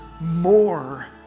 more